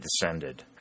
descended